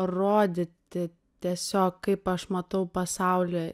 rodyti tiesiog kaip aš matau pasaulį